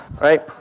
Right